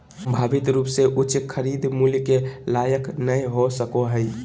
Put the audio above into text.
संभावित रूप से उच्च खरीद मूल्य के लायक नय हो सको हइ